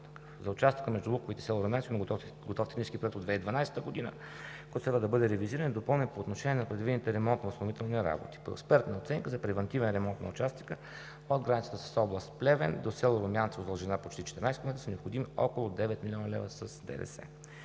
за участъка между Луковит и село Румянцево има готов технически проект от 2012 г., който трябва да бъде ревизиран и допълнен по отношение на предвидените ремонтно-изпълнителни работи. По експертна оценка за превантивен ремонт на участъка от границата с област Плевен до село Румянцево с дължина почти 14 км са необходими около 9 млн. лв. с ДДС.